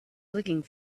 looking